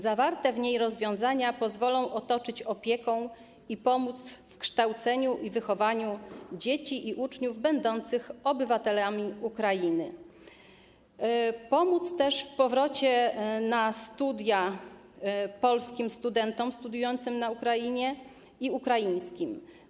Zawarte w niej rozwiązania pozwolą otoczyć opieką i pomóc w kształceniu i wychowaniu dzieci i uczniów będących obywatelami Ukrainy, pomóc też w powrocie na studia polskim studentom studiującym na Ukrainie i ukraińskim.